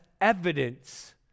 evidence